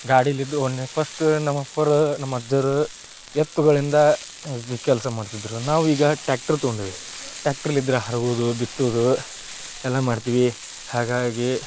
ಗಾಡಿಲಿದ್ದು ಒನ್ನೆ ಪಸ್ಟ ನಮ್ಮ ಅಪ್ಪರು ನಮ್ಮ ಅಜ್ಜರು ಎತ್ತುಗಳಿಂದ ಕೆಲಸ ಮಾಡ್ತಿದ್ದರು ನಾವೀಗ ಟ್ಯಾಕ್ಟರ್ ತಗೊಂಡೀವಿ ಟ್ಯಾಕ್ಟರ್ಲಿದ್ರ ಹರುವುದು ಬಿತ್ತುದು ಎಲ್ಲ ಮಾಡ್ತೀವಿ ಹಾಗಾಗಿ